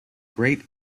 great